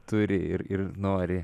turi ir ir nori